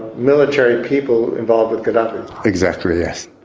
military people involved with gaddafi. exactly, yes.